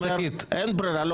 אין ברירה --- בשקית?